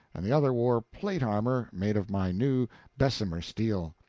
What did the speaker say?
and the other wore plate-armor made of my new bessemer steel.